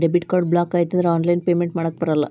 debit card block ಆಯ್ತಂದ್ರ online payment ಮಾಡಾಕಬರಲ್ಲ